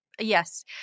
Yes